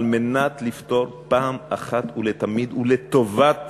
כדי לפתור אחת ולתמיד, ולטובת